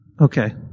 okay